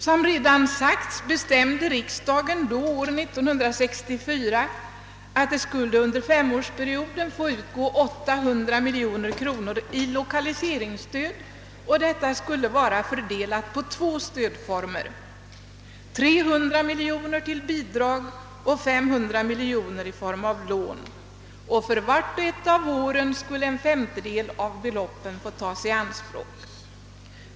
Som redan har sagts bestämde riksdagen år 1964 att det under en femårsperiod skulle få utgå 800 miljoner kro 'nor i lokaliseringsstöd fördelat på två stödformer: 300 miljoner till bidrag och 9200 miljoner i form av lån. För vart och ett av åren skulle en femtedel av beloppen få tas i anspråk.